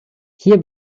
hier